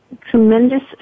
tremendous